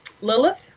Lilith